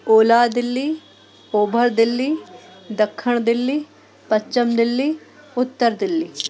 ओलहु दिल्ली ओभरु दिल्ली दक्खण दिल्ली पच्छम दिल्ली उत्तरु दिल्ली